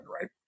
right